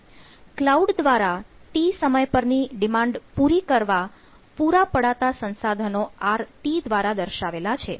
cloud દ્વારા t સમય પરની ડિમાન્ડ પૂરી કરવા પુરા પડાતા સંસાધનો R દ્વારા દર્શાવેલા છે